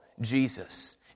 Jesus